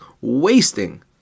wasting